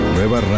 Nueva